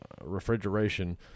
refrigeration